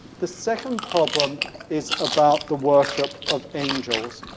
the second problem is about the worship of angels,